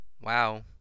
Wow